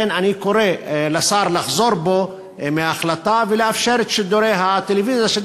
לכן אני קורא לשר לחזור בו מההחלטה ולאפשר את שידורי הטלוויזיה.